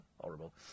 Horrible